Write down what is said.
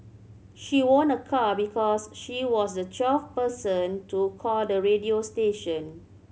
she won a car because she was the twelfth person to call the radio station